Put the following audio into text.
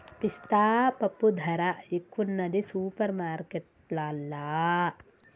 పిస్తా పప్పు ధర ఎక్కువున్నది సూపర్ మార్కెట్లల్లా